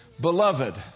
Beloved